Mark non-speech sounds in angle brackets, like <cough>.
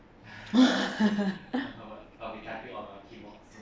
<laughs>